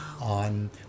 on